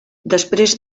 després